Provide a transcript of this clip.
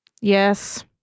Yes